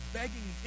begging